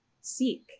seek